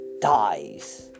dies